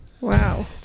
wow